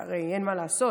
כי הרי אין מה לעשות,